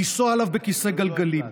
לנסוע עליו בכיסא גלגלים.